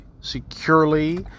securely